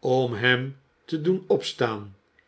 om hem te doen opstaan